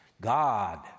God